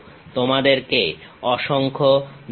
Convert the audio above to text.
তোমাদেরকে অসংখ্য ধন্যবাদ